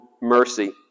mercy